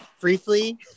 briefly